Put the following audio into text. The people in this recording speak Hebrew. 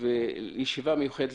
לישיבה מיוחדת.